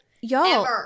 Y'all